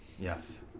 Yes